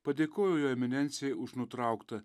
padėkojau jo eminencijai už nutrauktą